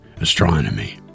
Astronomy